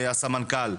הסמנכ"ל,